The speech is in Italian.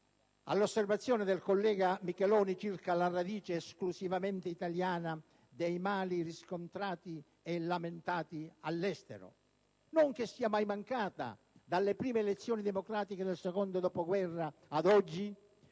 all'osservazione del collega Micheloni circa la radice esclusivamente italiana dei mali riscontrati e lamentati all'estero. Non che sia mai mancata, dalle prime elezioni democratiche del secondo dopoguerra ad oggi,